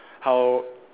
how